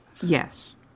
Yes